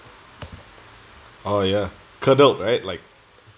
oh ya curdled right like